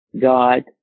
God